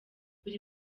buri